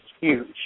huge